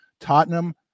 Tottenham